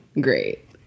Great